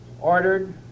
ordered